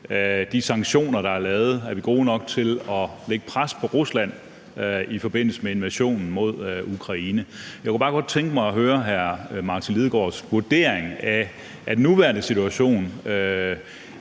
de sanktioner, der er lavet, om vi er gode nok til at lægge pres på Rusland i forbindelse med invasionen i Ukraine. Jeg kunne bare godt tænke mig at høre Martin Lidegaards vurdering af den nuværende situation.